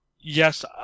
yes